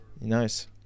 nice